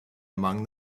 among